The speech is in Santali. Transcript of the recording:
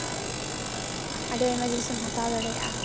ᱟᱹᱰᱤ ᱟᱭᱢᱟ ᱡᱤᱱᱤᱥᱮᱢ ᱦᱟᱛᱟᱣ ᱫᱟᱲᱮᱭᱟᱜᱼᱟ